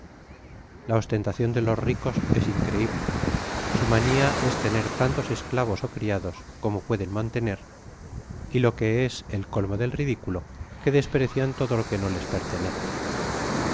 la ostentacion de los ricos es increible su mania es tener tantos esclavos ó criados como pueden mantener y lo que es el olmo del ridiculo que desprecian todo lo que no ies pertenece